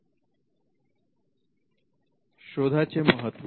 शोधा चे महत्व